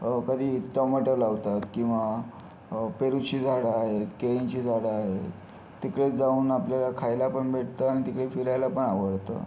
कधी टोमॅटो लावतात किंवा पेरूची झाडं आहेत केळींची झाडं आहे तिकडे जाऊन आपल्याला खायला पण भेटतं आणि तिकडे फिरायला पण आवडतं